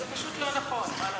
זה פשוט לא נכון, מה לעשות.